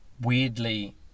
weirdly